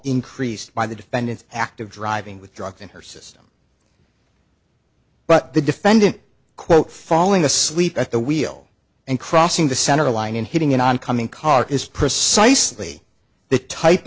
increased by the defendant's act of driving with drugs in her system but the defendant quote falling asleep at the wheel and crossing the center line and hitting an on coming car is precisely the type